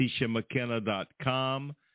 TishaMcKenna.com